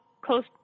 close